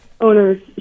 owners